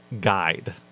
guide